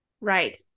Right